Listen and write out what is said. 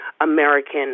American